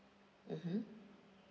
mmhmm